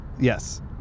Yes